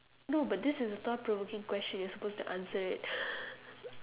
no but this is a thought provoking question you're supposed to answer it